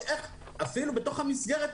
אפילו בתוך המסגרת,